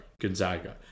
Gonzaga